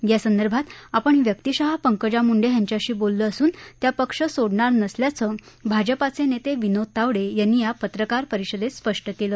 यासंदर्भात आपण व्यक्तिशः पंकजा यांच्याशी बोललो असून त्या पक्ष सोडणार नसल्याचं भाजपाचे नेते विनोद तावडे यांनी या पत्रकारपरिषदेत स्पष्ट केलं